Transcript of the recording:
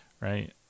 right